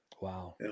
Wow